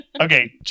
Okay